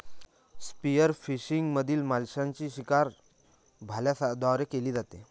spearfishing मधील माशांची शिकार भाल्यांद्वारे केली जाते